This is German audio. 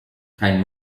kein